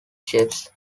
shapes